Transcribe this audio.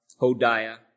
Hodiah